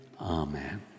Amen